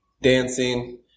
dancing